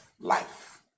life